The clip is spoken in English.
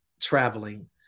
traveling